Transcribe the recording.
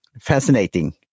fascinating